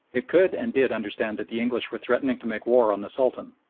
it could and did understand that the english were threatening to make war on the sultan,